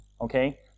okay